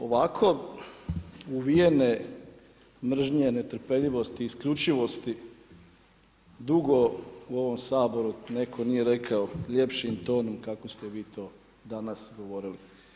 Ovako uvijene mržnje netrpeljivosti isključivosti dugo u ovom Saboru netko nije rekao ljepšim tonom kako ste vi to danas govorili.